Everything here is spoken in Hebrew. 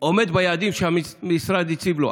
עומד ביעדים שהמשרד הציב לו,